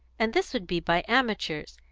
and this would be by amateurs,